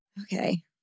Okay